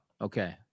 Okay